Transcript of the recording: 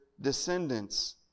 descendants